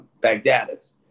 Baghdadis